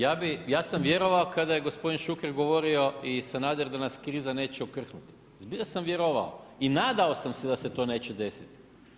Ja sam vjerovao kada je gospodin Šuker govorio i Sanader da nas kriza neće okrhnuti, zbilja sam vjerovao i nadao sam se da se to neće desiti.